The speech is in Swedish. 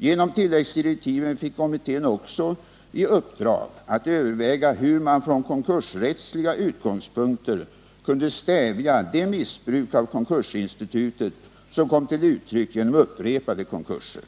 Genom tilläggsdirektiven fick kommittén också i uppdrag att överväga hur man från konkursrättsliga utgångspunkter kunde stävja det missbruk av konkursinstitutet som kom till uttryck genom upprepade konkurser.